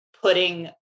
putting